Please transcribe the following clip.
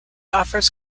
offers